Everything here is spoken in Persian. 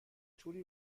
توری